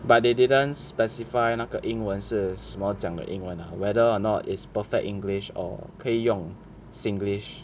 but they didn't specify 那个英文是什么种的英文 ah whether or not is perfect english or 可以用 singlish